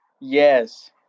Yes